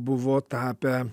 buvo tapę